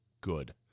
good